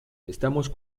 estamos